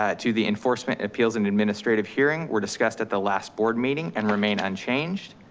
ah to the enforcement appeals and administrative hearing were discussed at the last board meeting and remain unchanged.